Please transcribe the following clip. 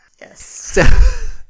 Yes